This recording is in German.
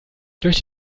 durch